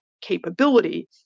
capability